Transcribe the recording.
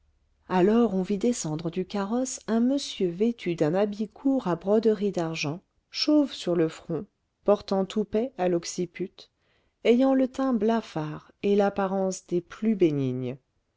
alors on vit descendre du carrosse un monsieur vêtu d'un habit court à broderie d'argent chauve sur le front portant toupet à l'occiput ayant le teint blafard et l'apparence des plus bénignes